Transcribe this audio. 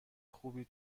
خوبی